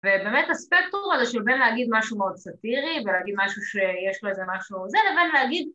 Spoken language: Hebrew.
‫ובאמת הספקטור הזה ‫של בין להגיד משהו מאוד סאטירי ‫ולהגיד משהו שיש לו איזה משהו זה, ‫לבין להגיד...